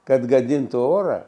kad gadintų orą